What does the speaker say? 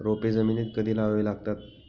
रोपे जमिनीत कधी लावावी लागतात?